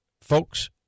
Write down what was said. folks